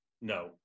no